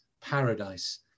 paradise